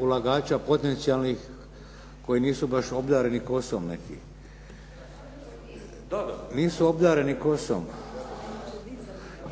ulagača potencijalnih koji nisu baš obdareni kosom neki.